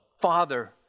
Father